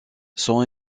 son